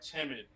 timid